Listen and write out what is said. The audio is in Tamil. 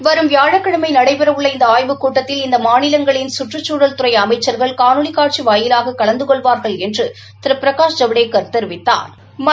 வரும் வியாழக்கிமை நடைபெறவுள்ள இந்த ஆய்வுக் கூட்டத்தில் இந்த மாநிலங்களின் சுற்றுச்சூழல்துறை அமைச்சா்கள் காணொலி காட்சி வாயிலாக கலந்து கொள்வாா் என்று திரு பிரகாஷ் ஜவடேக்கா் தெிவித்தாா்